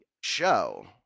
show